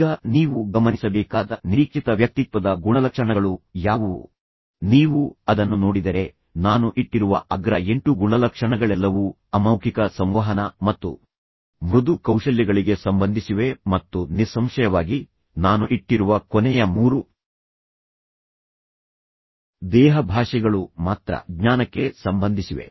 ಈಗ ನೀವು ಗಮನಿಸಬೇಕಾದ ನಿರೀಕ್ಷಿತ ವ್ಯಕ್ತಿತ್ವದ ಗುಣಲಕ್ಷಣಗಳು ಯಾವುವು ನೀವು ಅದನ್ನು ನೋಡಿದರೆ ನಾನು ಇಟ್ಟಿರುವ ಅಗ್ರ 8 ಗುಣಲಕ್ಷಣಗಳೆಲ್ಲವೂ ಅಮೌಖಿಕ ಸಂವಹನ ಮತ್ತು ಮೃದು ಕೌಶಲ್ಯಗಳಿಗೆ ಸಂಬಂಧಿಸಿವೆ ಮತ್ತು ನಿಸ್ಸಂಶಯವಾಗಿ ನಾನು ಇಟ್ಟಿರುವ ಕೊನೆಯ 3 ದೇಹಭಾಷೆಗಳು ಮಾತ್ರ ಜ್ಞಾನಕ್ಕೆ ಸಂಬಂಧಿಸಿವೆ